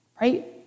right